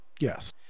Yes